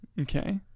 Okay